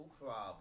problem